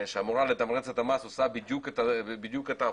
שאמורה לתמרץ את המס, עושה בדיוק את ההיפך,